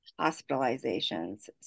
hospitalizations